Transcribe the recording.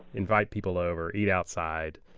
invite people over. eat outside.